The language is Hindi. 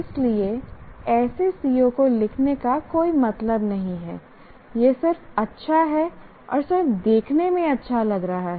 इसलिए ऐसे CO को लिखने का कोई मतलब नहीं है यह सिर्फ अच्छा है और सिर्फ देखने में अच्छा लग रहा है